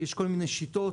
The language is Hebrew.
יש כל מיני שיטות,